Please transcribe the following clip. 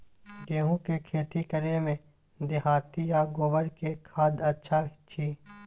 गेहूं के खेती करे में देहाती आ गोबर के खाद अच्छा छी?